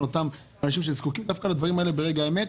אותם אנשים שזקוקים דווקא לדברים האלה ברגע האמת.